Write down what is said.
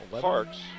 Parks